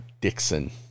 Dixon